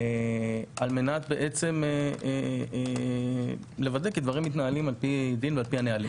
על מנת בעצם לוודא כי הדברים מתנהלים על-פי דין ועל-פי הנהלים.